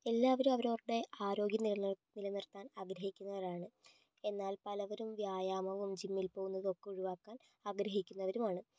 എല്ലാവരും അവരവരുടെ ആരോഗ്യം നിലനിർ നിലനിർത്താൻ ആഗ്രഹിക്കുന്നവരാണ് എന്നാൽ പലരും വ്യായാമവും ജിമ്മിൽ പോകുന്നത് ഒക്കെ ഒഴിവാക്കാൻ ആഗ്രഹിക്കുന്നവരും ആണ്